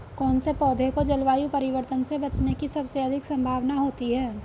कौन से पौधे को जलवायु परिवर्तन से बचने की सबसे अधिक संभावना होती है?